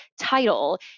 title